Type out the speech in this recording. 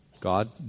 God